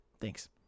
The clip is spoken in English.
Thanks